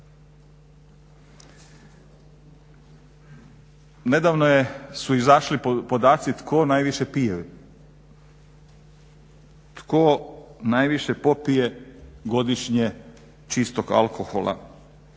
Nedavno su izašli podaci tko najviše pije? Tko najviše popije godišnje čistog alkohola?